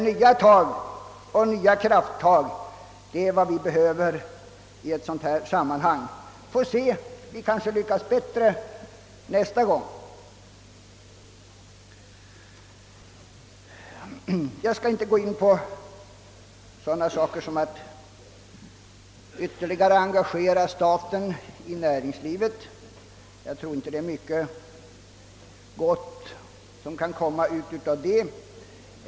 Nej, nya kraftag är vad som behövs i ett sådant sammanhang. Vi får se, kanske lyckas vi bättre nästa gång. Jag skall inte gå in på frågan om att ytterligare engagera staten i näringslivet. Jag tror inte att mycket gott kan bli följden härav.